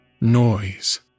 Noise